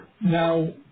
Now